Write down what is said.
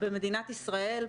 ובמדינת ישראל,